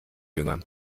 jünger